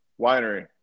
Winery